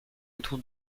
autour